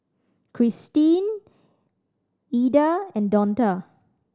Cristine Ilda and Donta